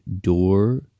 door